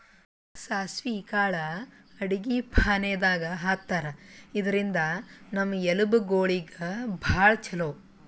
ಸಾಸ್ವಿ ಕಾಳ್ ಅಡಗಿ ಫಾಣೆದಾಗ್ ಹಾಕ್ತಾರ್, ಇದ್ರಿಂದ್ ನಮ್ ಎಲಬ್ ಗೋಳಿಗ್ ಭಾಳ್ ಛಲೋ